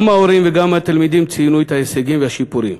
גם ההורים וגם התלמידים ציינו את ההישגים והשיפורים,